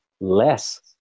less